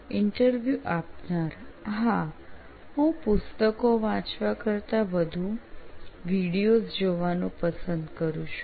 interview આપનાર હા હું પુસ્તકો વાંચવા કરતાં વધુ વિડિઓઝ જોવાનું પસંદ કરું છું